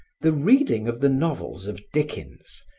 the reading of the novels of dickens,